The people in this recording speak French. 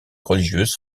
religieuse